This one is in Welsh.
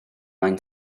ein